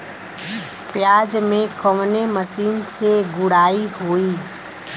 प्याज में कवने मशीन से गुड़ाई होई?